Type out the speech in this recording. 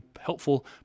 helpful